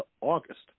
August